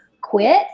quit